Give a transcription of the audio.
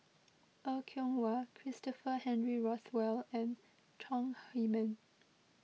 Er Kwong Wah Christopher Henry Rothwell and Chong Heman